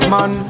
Man